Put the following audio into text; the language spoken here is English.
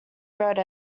wrote